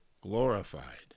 glorified